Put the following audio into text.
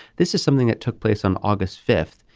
this is something that took place on august fifth.